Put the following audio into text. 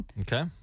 Okay